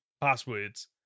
passwords